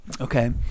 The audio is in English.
Okay